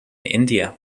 india